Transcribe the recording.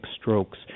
strokes